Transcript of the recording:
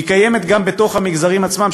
והיא קיימת גם בתוך המגזרים עצמם,